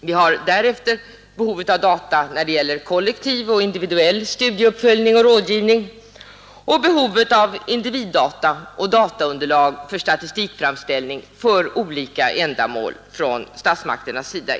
Vi har vidare behovet av data när det gäller kollektiv och individuell studieuppföljning och rådgivning och behovet av individdata och dataunderlag för statistikframställning för olika ändamål, inte minst från statsmakternas sida.